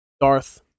Darth